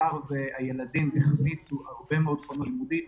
מאחר והילדים החמיצו הרבה מאוד חומר לימודי,